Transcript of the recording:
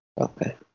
Okay